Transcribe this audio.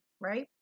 right